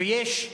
ויש גם